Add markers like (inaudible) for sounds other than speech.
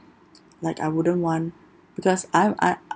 like I wouldn't want because I'm I (noise)